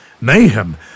Mayhem